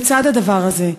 לצד הדבר הזה,